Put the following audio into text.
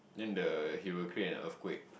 then the he will create an earthquake